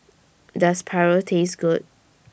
Does Paru Taste Good